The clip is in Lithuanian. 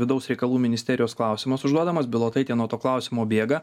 vidaus reikalų ministerijos klausimas užduodamas bilotaitė nuo to klausimo bėga